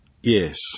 Yes